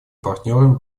партнерами